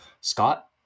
Scott